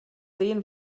sehen